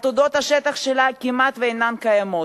עתודות השטח שלה כמעט אינן קיימות.